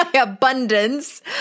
abundance